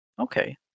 Okay